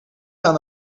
aan